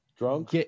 Drunk